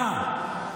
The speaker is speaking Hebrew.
מה?